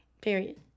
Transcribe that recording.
period